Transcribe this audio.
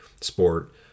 sport